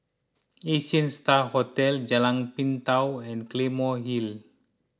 Asia Star Hotel Jalan Pintau and Claymore Hill